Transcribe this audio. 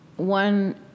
One